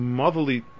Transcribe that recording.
motherly